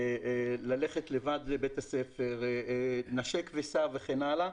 ללכת לבד לבית הספר, נשק וסע וכן הלאה,